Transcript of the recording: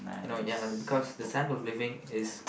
you know ya because the sense of living is